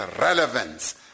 relevance